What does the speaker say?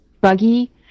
buggy